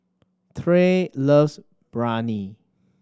Tre loves Biryani